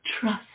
trust